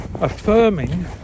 affirming